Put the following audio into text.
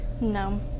No